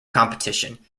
competition